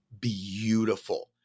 beautiful